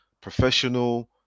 professional